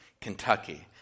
Kentucky